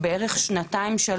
של בערך שנתיים-שלוש,